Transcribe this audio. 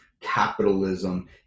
capitalism